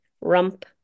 rump